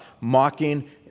Mocking